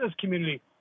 community